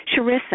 Sharissa